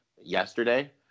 yesterday